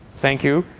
thank you,